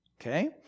Okay